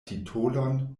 titolon